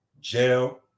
jail